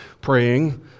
praying